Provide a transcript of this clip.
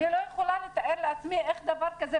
אני לא יכולה לתאר לעצמי איך דבר כזה,